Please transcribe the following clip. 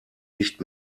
nicht